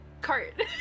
cart